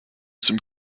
some